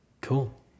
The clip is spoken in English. Cool